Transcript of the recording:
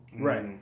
Right